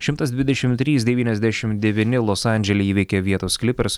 šimtas dvidešim trys devyniasdešim devyni los andžele įveikė vietos klipers